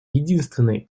единственный